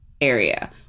area